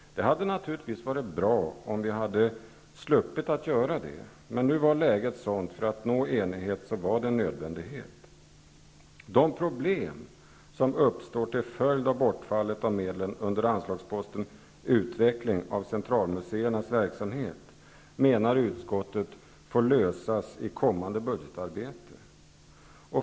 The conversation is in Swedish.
Det hade naturligtvis varit bra om vi hade sluppit att göra det. Men nu var läget sådant att det var nödvändigt för att nå enighet. De problem som uppstår till följd av bortfallet av medlen under anslagsposten Utvecklig av centralmuseernas verksamhet, menar utskottet får lösas i kommande budgetarbete.